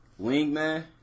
Wingman